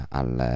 al